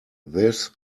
this